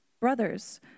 brothers